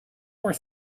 for